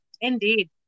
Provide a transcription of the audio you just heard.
Indeed